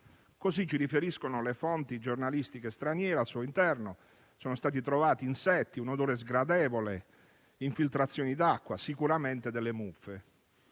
come ci riferiscono fonti giornalistiche straniere. Al suo interno sono stati trovati insetti, un odore sgradevole, infiltrazioni d'acqua e sicuramente delle muffe.